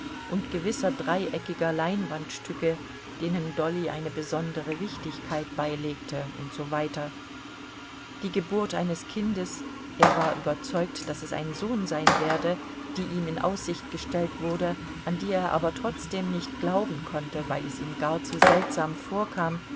und gewisser dreieckiger leinwandstücke denen dolly eine besondere wichtigkeit beilegte und so weiter die geburt eines kindes er war überzeugt daß es ein sohn sein werde die ihm in aussicht gestellt wurde an die er aber trotzdem nicht glauben konnte weil es ihm gar zu seltsam vorkam